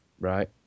right